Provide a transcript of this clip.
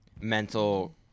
mental